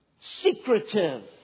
Secretive